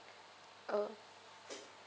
uh